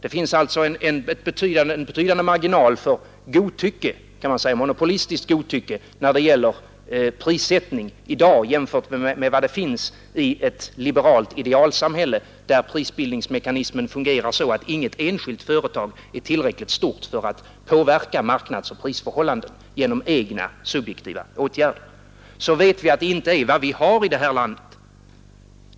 Det finns alltså en betydande marginal för monopolistiskt godtycke när det gäller prissättningen i dag jämfört med vad det finns i ett liberalt idealsamhälle, där prismekanismen fungerar så att inget enskilt företag är tillräckligt stort för att påverka marknadsoch prisförhållanden genom egna subjektiva åtgärder. Vi vet att vi inte har så i det här landet.